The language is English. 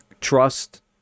trust